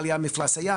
עליית מפלס הים,